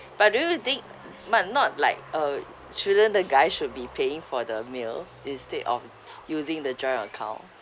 but do you think but not like uh shouldn't the guy should be paying for the meal instead of using the joint account